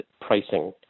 pricing